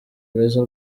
beza